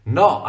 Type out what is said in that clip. no